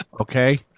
Okay